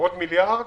עוד מיליארד